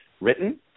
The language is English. written